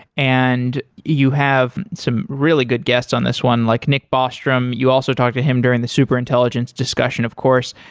and you have some really good guests on this one, like nick bostrom. you also talk to him during the super intelligence discussion of course.